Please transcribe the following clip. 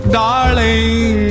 darling